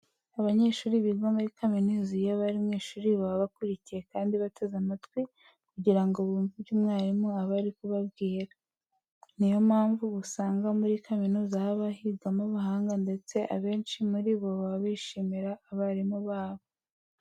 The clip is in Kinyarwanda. Abanyeshuri biga muri kaminuza iyo bari mu ishuri baba bakurikiye kandi bateze amatwi kugira ngo bumve ibyo mwarimu aba ari kubabwira. Ni yo mpamvu usanga muri kaminuza haba higamo abahanga ndetse abenshi muri bo baba bishimira abarimu babo.